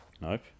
Nope